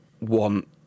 want